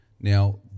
Now